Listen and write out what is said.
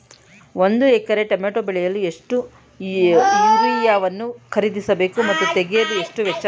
ಒಂದು ಎಕರೆ ಟಮೋಟ ಬೆಳೆಯಲು ಎಷ್ಟು ಯೂರಿಯಾವನ್ನು ಖರೀದಿಸ ಬೇಕು ಮತ್ತು ತಗಲುವ ವೆಚ್ಚ ಎಷ್ಟು?